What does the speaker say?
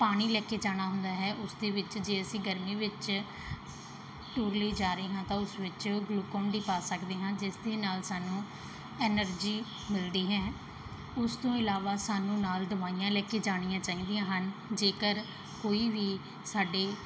ਪਾਣੀ ਲੈ ਕੇ ਜਾਣਾ ਹੁੰਦਾ ਹੈ ਉਸ ਦੇ ਵਿੱਚ ਜੇ ਅਸੀਂ ਗਰਮੀ ਵਿੱਚ ਟੂਰ ਲਈ ਜਾ ਰਹੇ ਹਾਂ ਤਾਂ ਉਸ ਵਿੱਚ ਗਲੂਕੋਨ ਡੀ ਪਾ ਸਕਦੇ ਹਾਂ ਜਿਸ ਦੇ ਨਾਲ ਸਾਨੂੰ ਐਨਰਜੀ ਮਿਲਦੀ ਹੈ ਉਸ ਤੋਂ ਇਲਾਵਾ ਸਾਨੂੰ ਨਾਲ ਦਵਾਈਆਂ ਲੈ ਕੇ ਜਾਣੀਆਂ ਚਾਹੀਦੀਆਂ ਹਨ ਜੇਕਰ ਕੋਈ ਵੀ ਸਾਡੇ